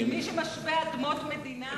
כי מי שמשווה אדמות מדינה,